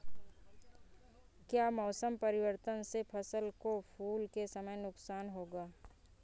क्या मौसम परिवर्तन से फसल को फूल के समय नुकसान होगा?